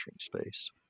space